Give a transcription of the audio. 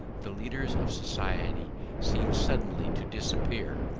the leaders of society seem suddenly to disappear,